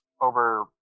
over